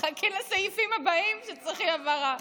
חכי לסעיפים הבאים שצריכים הבהרה.